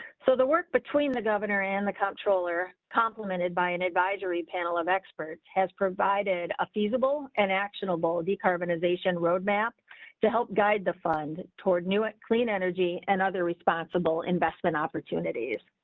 so the work between the governor, and the controller complimented by an advisory panel of experts has provided a feasible and actionable decarbonization roadmap to help guide the fund toward new, it, clean energy and other responsible investment opportunities.